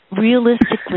realistically